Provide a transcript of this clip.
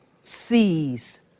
sees